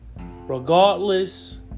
Regardless